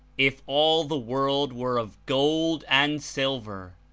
if all the world were of gold and silver,